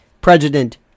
President